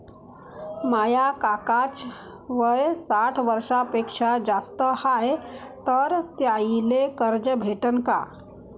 माया काकाच वय साठ वर्षांपेक्षा जास्त हाय तर त्याइले कर्ज भेटन का?